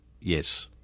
yes